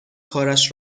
کارش